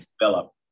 develop